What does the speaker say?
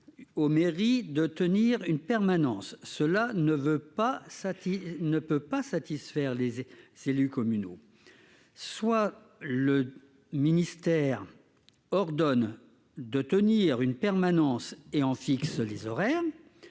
aux mairies de tenir une permanence, cela ne veut pas, ça ne peut pas satisfaire les est-ce élus communaux soit le ministère ordonne de tenir une permanence et en fixe les horaires